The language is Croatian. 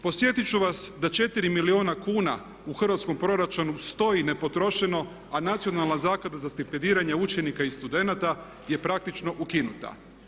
Podsjetiti ću vas da 4 milijuna kuna u hrvatskom proračunu stoji nepotrošeno a Nacionalna zaklada za stipendiranje učenika i studenata je praktično ukinuta.